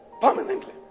Permanently